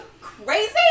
crazy